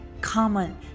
comment